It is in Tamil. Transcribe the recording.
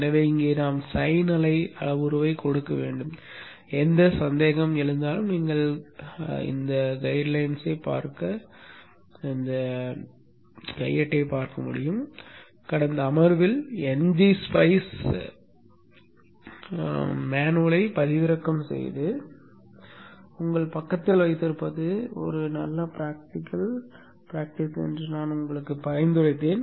எனவே இங்கே நாம் சைன் அலை அளவுருவைக் கொடுக்க வேண்டும் எந்த சந்தேகமும் எழுந்தாலும் நீங்கள் கையேட்டைப் பார்க்க முடியும் கடந்த அமர்வில் ng spice கையேட்டைப் பதிவிறக்கம் செய்து உங்கள் பக்கத்தில் வைத்திருப்பது நல்ல நடைமுறை என்று நான் பரிந்துரைத்தேன்